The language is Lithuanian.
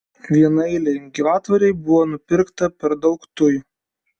vienaeilei gyvatvorei buvo nupirkta per daug tujų